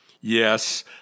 Yes